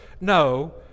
no